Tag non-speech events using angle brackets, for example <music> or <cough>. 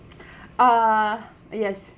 <breath> uh yes